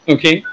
Okay